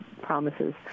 promises